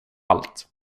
allt